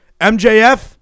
MJF